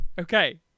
Okay